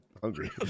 hungry